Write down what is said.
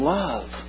love